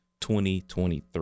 2023